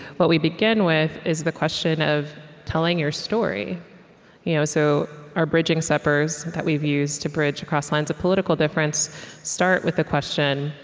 what we begin with is the question of telling your story you know so, our bridging suppers that we've used to bridge across lines of political difference start with the question,